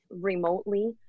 remotely